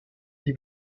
die